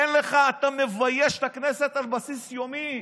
אין לך, אתה מבייש את הכנסת על בסיס יומי,